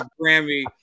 Grammy